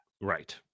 Right